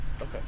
Okay